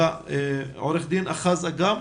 עו"ד אחז אגם